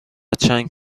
چند